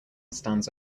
stands